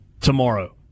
tomorrow